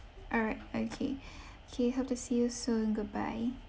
all right okay K hope to see you soon goodbye